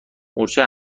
مورچه